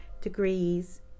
degrees